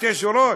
שתי שורות?